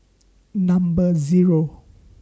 Number Zero